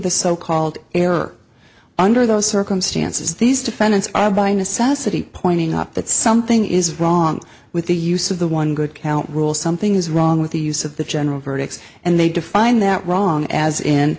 the so called error under those circumstances these defendants are by necessity pointing out that something is wrong with the use of the one good count rule something is wrong with the use of the general verdicts and they define that wrong as